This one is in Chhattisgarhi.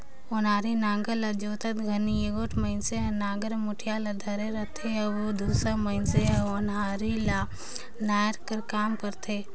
ओनारी नांगर ल जोतत घनी एगोट मइनसे हर नागर मुठिया ल धरे रहथे अउ दूसर मइनसे हर ओन्हारी ल नाए कर काम करथे